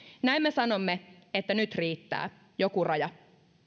näin me sanomme että nyt riittää joku raja